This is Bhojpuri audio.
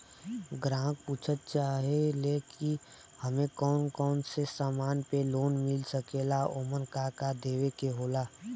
ग्राहक पुछत चाहे ले की हमे कौन कोन से समान पे लोन मील सकेला ओमन का का देवे के होला?